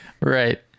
Right